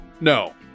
No